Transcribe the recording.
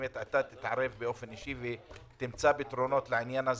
אני מבקש שתתערב אישית ותמצא פתרונות לעניין.